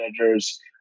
managers